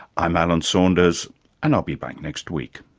i'm alan saunders and i'll be back next week